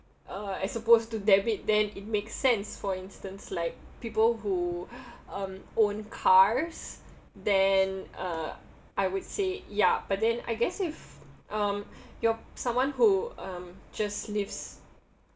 uh as opposed to debit then it makes sense for instance like people who um own cars then uh I would say ya but then I guess if um you're someone who um just lives